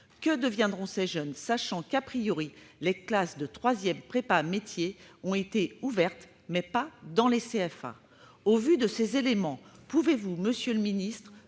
Que deviendront ces jeunes, sachant que,, les classes de « troisième prépa métiers » ont été ouvertes, mais pas dans les CFA ? Au vu de ces éléments, pouvez-vous, monsieur le ministre,